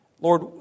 Lord